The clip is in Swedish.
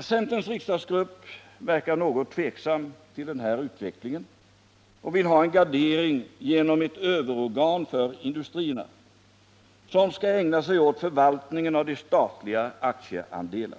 Centerns riksdagsgrupp verkar något tveksam till denna utveckling och vill ha en gardering genom ett överorgan för industrierna, som skall ägna sig åt förvaltningen av de statliga aktieandelarna.